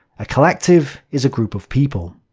a collective is a group of people.